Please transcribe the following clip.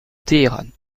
téhéran